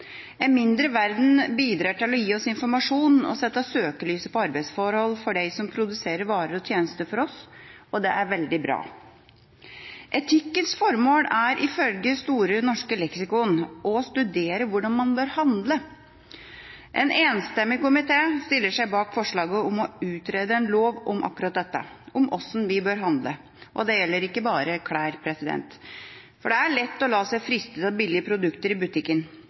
En mindre verden bidrar til å gi oss informasjon og sette søkelys på arbeidsforholdene for dem som produserer varer og tjenester for oss, og det er veldig bra. Etikkens formål er ifølge Store norske leksikon «å studere hvordan man bør handle». En enstemmig komité stiller seg bak forslaget om å utrede en lov om akkurat dette, om hvordan vi bør handle. Og det gjelder ikke bare klær. Det er lett å la seg friste av billige produkter i butikken,